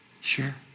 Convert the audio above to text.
sure